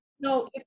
no